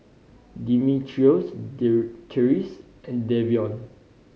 Dimitrios Therese and Davion